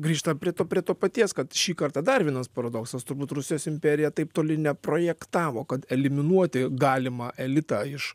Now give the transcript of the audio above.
grįžtam prie to prie to paties kad šį kartą dar vienas paradoksas turbūt rusijos imperija taip toli neprojektavo kad eliminuoti galimą elitą iš